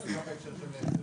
בתצהיר חתום ומאומת,